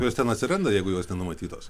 jos ten atsiranda jeigu jos ten nenumatytos